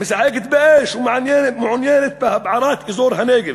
משחקת באש ומעוניינת בהבערת אזור הנגב.